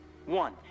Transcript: One